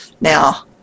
Now